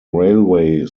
railway